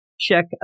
Check